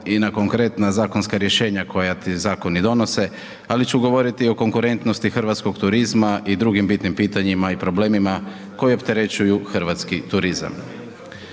i na konkretna zakonska rješenja koja ti zakoni donose ali ću govoriti i o konkurentnosti hrvatskog turizma i drugim bitnim pitanjima i problemima koja opterećuju hrvatski turizam.